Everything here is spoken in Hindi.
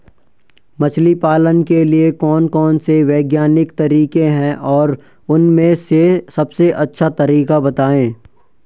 मछली पालन के लिए कौन कौन से वैज्ञानिक तरीके हैं और उन में से सबसे अच्छा तरीका बतायें?